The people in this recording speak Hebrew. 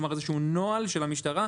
כלומר, איזשהו נוהל של המשטרה.